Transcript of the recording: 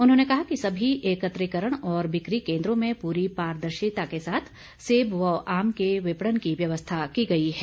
उन्होंने कहा कि सभी एकत्रीकरण और बिकी केंद्रों में पूरी पारदर्शिता के साथ सेब व आम के विपणन की व्यवस्था की गई है